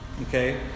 Okay